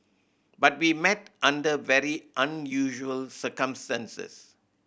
but we met under very unusual circumstances